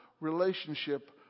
relationship